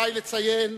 עלי לציין